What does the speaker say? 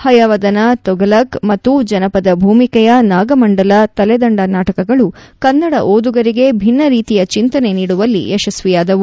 ಹಯವದನ ತುಫಲಕ್ ಮತ್ತು ಜನಪದಭೂಮಿಕೆಯ ನಾಗಮಂಡಲ ತಲೆದಂದ ನಾಟಕಗಳು ಕನ್ನಡ ಒದುಗರಿಗೆ ಬಿನ್ನ ರೀತಿಯ ಚಿಂತನೆ ನೀಡುವಲ್ಲಿ ಯಶಸ್ವಿಯಾದವು